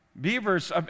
Beavers